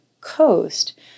coast